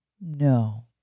No